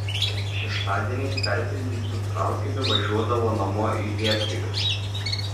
šeštadieniais perpildytu traukiniu važiuodavo namo į liepgirius